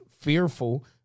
fearful